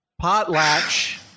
Potlatch